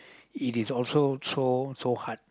it is also so so hard